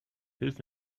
hilf